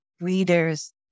readers